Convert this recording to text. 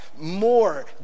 more